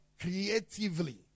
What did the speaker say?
Creatively